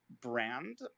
brand